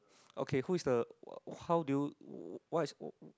okay who is the how do you what is what